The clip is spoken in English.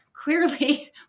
Clearly